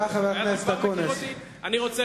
חבר הכנסת אורון, תאפשר,